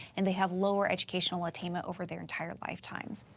and they have lower educational attainment over their entire lifetimes.